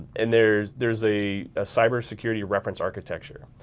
and there's there's a ah cybersecurity reference architecture.